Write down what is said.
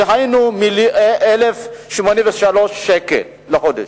דהיינו 1,083 שקל לחודש.